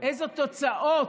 איזה תוצאות,